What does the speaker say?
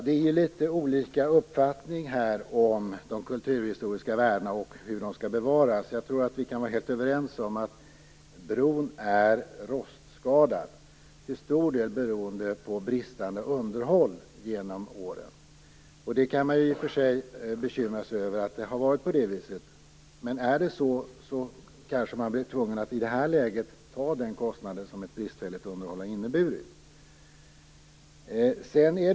Det är litet olika uppfattning här om de kulturhistoriska värdena och om hur de skall bevaras. Jag tror att vi kan vara helt överens om att bron är rostskadad - till stor del beroende på bristande underhåll genom åren. Man kan i och för sig bekymra sig över att det har varit på det viset, men är det så, kanske man blir tvungen att i det här läget ta den kostnad som ett bristfälligt underhåll kommit att innebära.